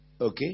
Okay